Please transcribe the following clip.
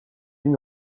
tenu